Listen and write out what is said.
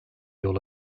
yol